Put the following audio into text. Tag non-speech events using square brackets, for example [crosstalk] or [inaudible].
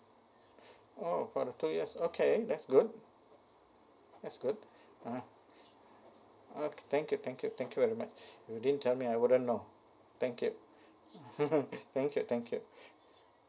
[breath] oh for the two years okay that's good that's good uh okay thank you thank you thank you very much you didn't tell me I wouldn't now thank you [laughs] thank you thank you